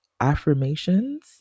affirmations